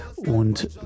und